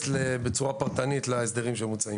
בצורה יותר פרטנית להסדרים שמוצעים.